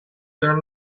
there